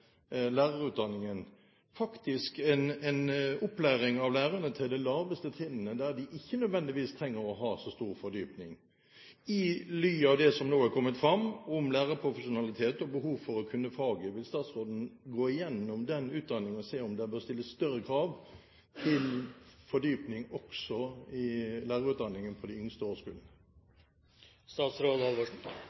lærerutdanningen faktisk en opplæring av lærerne til det laveste trinnet der de ikke nødvendigvis trenger å ha så stor fordypning. I ly av det som nå har kommet fram om lærerprofesjonalitet og behov for å kunne faget, vil statsråden gå gjennom den utdanningen og se om det bør stilles større krav til fordyping også i lærerutdanningen for de yngste